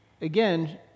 again